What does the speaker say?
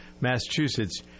Massachusetts